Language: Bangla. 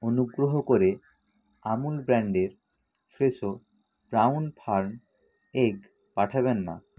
অনুগ্রহ করে আমূল ব্র্যান্ডের ফ্রেশো ব্রাউন ফার্ম এগ পাঠাবেন না